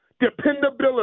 Dependability